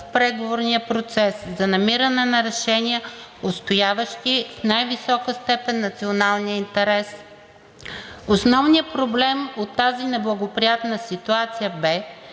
преговорния процес, за намиране на решения, отстояващи в най висока степен националния интерес. Основният проблем от тази неблагоприятна ситуация бе,